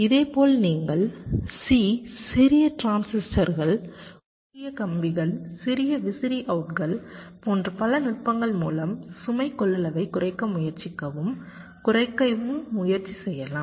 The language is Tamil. இதேபோல் நீங்கள் C சிறிய டிரான்சிஸ்டர்கள் குறுகிய கம்பிகள் சிறிய விசிறி அவுட்கள் போன்ற பல நுட்பங்கள் மூலம் சுமை கொள்ளளவைக் குறைக்க முயற்சிக்கவும் குறைக்கவும் முயற்சி செய்யலாம்